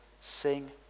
sing